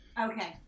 okay